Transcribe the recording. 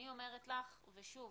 אני אומרת לך ושוב,